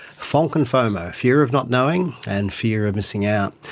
fonk and fomo, fear of not knowing, and fear of missing out,